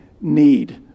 need